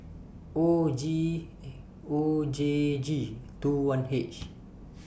O G O J G two one H